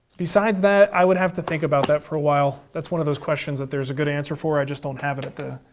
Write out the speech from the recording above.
besides that, i would have to think about that for a while. that's one of those questions that there's a good answer for, i just don't have it at the